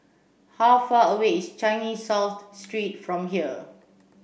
how far away is Changi South Street from here